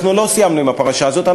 אנחנו לא סיימנו עם הפרשה הזאת.